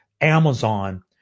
Amazon